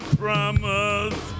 promise